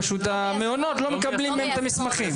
פשוט המעונות לא מקבלים מהם את המסמכים.